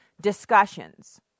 discussions